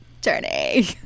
journey